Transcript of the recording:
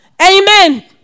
Amen